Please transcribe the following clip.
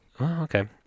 okay